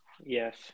Yes